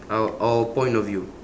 our our point of view